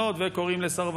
להעביר ביקורת, זה בסדר